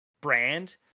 brand